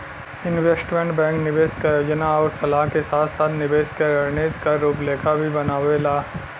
investment bank निवेश क योजना आउर सलाह के साथ साथ निवेश क रणनीति क रूपरेखा भी बनावेला